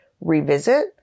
revisit